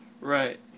Right